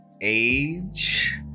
age